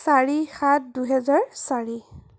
চাৰি সাত দুহেজাৰ চাৰি